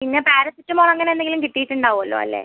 പിന്നെ പാരസിറ്റമോൾ അങ്ങനെ എന്തെങ്കിലും കിട്ടിയിട്ടുണ്ടാവുമല്ലോ അല്ലേ